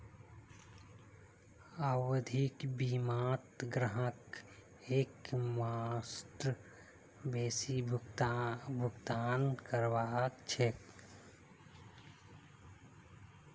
आवधिक बीमात ग्राहकक एकमुश्त बेसी भुगतान करवा ह छेक